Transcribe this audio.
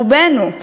רובנו,